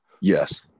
Yes